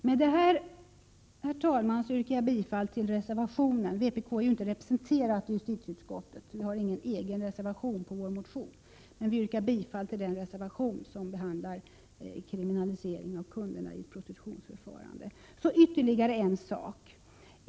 Med detta, herr talman, yrkar jag bifall till reservationen som behandlar kriminalisering av kunderna. Vpk är inte representerat i justitieutskottet och har ingen egen reservation som tar upp vår motion. Jag vill beröra ytterligare en sak.